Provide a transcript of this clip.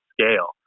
scale